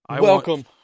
Welcome